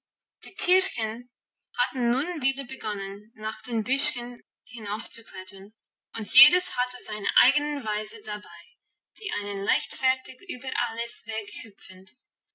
die tierchen hatten nun wieder begonnen nach den büschen hinaufzuklettern und jedes hatte seine eigene weise dabei die einen leichtfertig über alles weg hüpfend